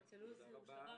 בבקשה.